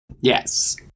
Yes